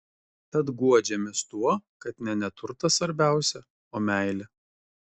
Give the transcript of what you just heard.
tad guodžiamės tuo kad ne neturtas svarbiausia o meilė